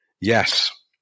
Yes